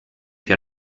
più